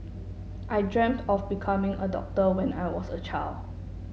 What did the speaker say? I dreamt of becoming a doctor when I was a child